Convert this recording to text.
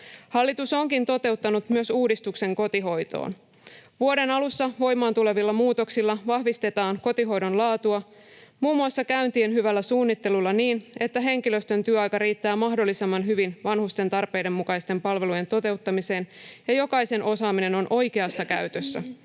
Hallitus onkin toteuttanut myös uudistuksen kotihoitoon. Vuoden alussa voimaan tulevilla muutoksilla vahvistetaan kotihoidon laatua muun muassa käyntien hyvällä suunnittelulla niin, että henkilöstön työaika riittää mahdollisimman hyvin vanhusten tarpeiden mukaisten palvelujen toteuttamiseen ja jokaisen osaaminen on oikeassa käytössä.